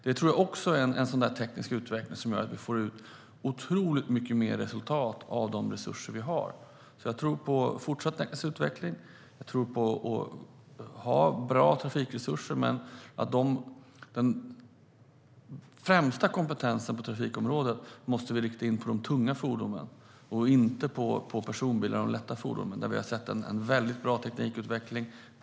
Det tror jag också är en teknisk utveckling som gör att vi får ut otroligt mycket mer resultat av de resurser vi har. Jag tror därför på en fortsatt teknisk utveckling, och jag tror på att ha bra trafikresurser. Den främsta kompetensen på trafikområdet måste vi dock rikta in på de tunga fordonen och inte på personbilar och de lätta fordonen, där vi har sett en väldigt bra teknikutveckling.